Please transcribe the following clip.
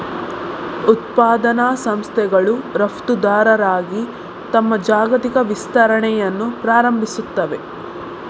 ಉತ್ಪಾದನಾ ಸಂಸ್ಥೆಗಳು ರಫ್ತುದಾರರಾಗಿ ತಮ್ಮ ಜಾಗತಿಕ ವಿಸ್ತರಣೆಯನ್ನು ಪ್ರಾರಂಭಿಸುತ್ತವೆ